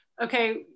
okay